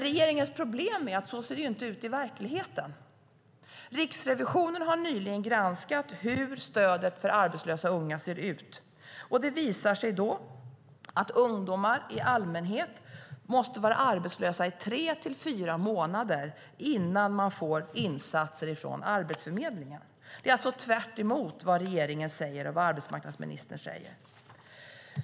Regeringens problem är dock att det inte ser ut så i verkligheten - Riksrevisionen har nyligen granskat hur stödet för arbetslösa unga ser ut, och det visar sig att ungdomar i allmänhet måste vara arbetslösa i tre till fyra månader innan de får insatser från Arbetsförmedlingen. Det är alltså tvärtemot vad regeringen och arbetsmarknadsministern säger.